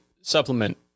supplement